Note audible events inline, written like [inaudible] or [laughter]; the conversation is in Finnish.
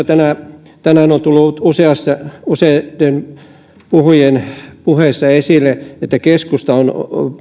[unintelligible] täällä keskusteluissa tänään on tullut useiden useiden puhujien puheissa esille että keskusta on